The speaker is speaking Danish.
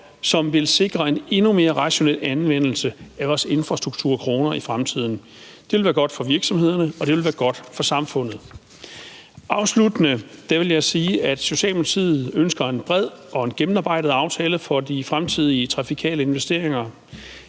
som vil sikre en endnu mere rationel anvendelse af vores infrastrukturkroner i fremtiden. Det vil være godt for virksomhederne, og det vil være godt for samfundet. Afsluttende vil jeg sige, at Socialdemokratiet ønsker en bred og en gennemarbejdet aftale for de fremtidige trafikale investeringer.